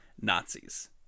Nazis